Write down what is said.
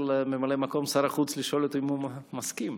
חבר הכנסת יריב לוין.